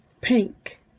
pink